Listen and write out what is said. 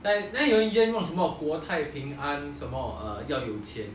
like 哪里有人愿望什么国泰平安什么要有钱